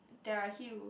there are hills